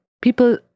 people